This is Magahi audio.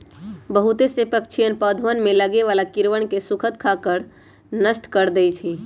बहुत से पक्षीअन पौधवन में लगे वाला कीड़वन के स्खुद खाकर नष्ट कर दे हई